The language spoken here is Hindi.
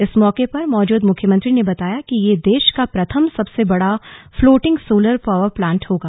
इस मौके पर मौजूद मुख्यमंत्री ने बताया कि यह देश का प्रथम सबसे बड़ा फ्लोटिंग सोलर पॉवर प्लांट होगा